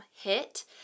hit